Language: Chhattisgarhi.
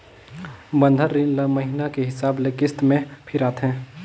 बंधन रीन ल महिना के हिसाब ले किस्त में फिराथें